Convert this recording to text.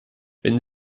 wenn